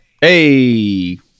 Hey